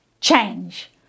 Change